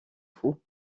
fou